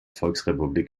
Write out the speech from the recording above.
volksrepublik